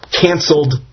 canceled